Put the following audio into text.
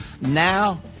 Now